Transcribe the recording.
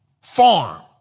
farm